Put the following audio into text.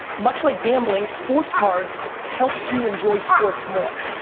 much like gambling, sports cards helps you enjoy sports more.